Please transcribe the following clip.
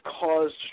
caused